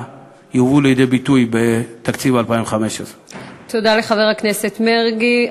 יובאו לידי ביטוי בתקציב 2015. תודה לחבר הכנסת מרגי.